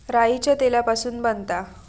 राईच्या तेलापासून बनता